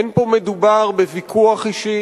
אין מדובר פה בוויכוח אישי